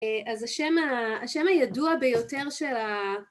‫אז השם הידוע ביותר של ה...